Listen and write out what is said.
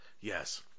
Yes